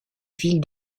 ville